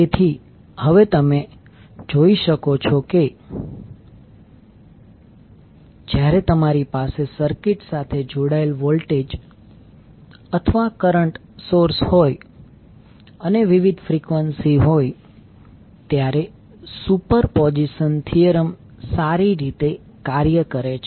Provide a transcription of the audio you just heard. તેથી હવે તમે જોઈ શકો છો કે જ્યારે તમારી પાસે સર્કિટ સાથે જોડાયેલ વોલ્ટેજ અથવા કરંટ સોર્સ હોય અને વિવિધ ફ્રીક્વન્સી હોય ત્યારે સુપરપોઝિશન થીયરમ સારી રીતે કાર્ય કરે છે